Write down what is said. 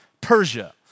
Persia